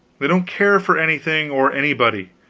they don't care for anything or anybody.